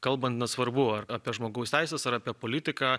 kalbant nesvarbu ar apie žmogaus teises ar apie politiką